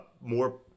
more